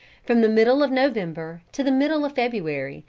from the middle of november to the middle of february,